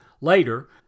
Later